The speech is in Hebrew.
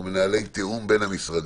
או מנהלי תיאום בין המשרדים.